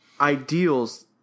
ideals